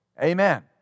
Amen